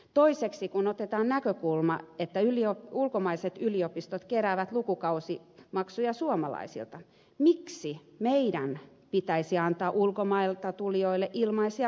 toiseksi kun otetaan näkökulma että ulkomaiset yliopistot keräävät lukukausimaksuja suomalaisilta miksi meidän pitäisi antaa ulkomailta tulijoille ilmaisia koulutuspalveluja